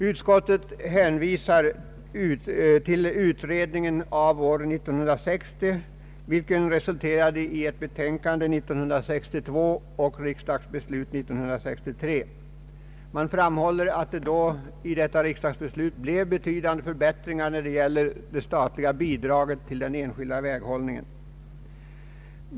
Utskottet hänvisar till 1960 års utredning, vilken resulterade i ett betänkande om statsbidrag till enskild väghållning 1962 och riksdagsbeslut 1963. Utskottet framhål ler att detta riksdagsbeslut innebar betydande förbättringar i den statliga bidragsgivningen till den enskilda väghållningen.